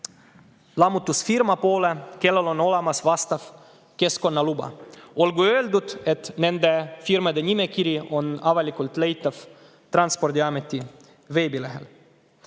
lammutusfirma poole, kellel on olemas vastav keskkonnaluba. Olgu öeldud, et nende firmade nimekiri on avalikult leitav Transpordiameti veebilehel.